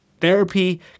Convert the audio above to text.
Therapy